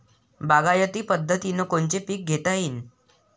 बागायती पद्धतीनं कोनचे पीक घेता येईन?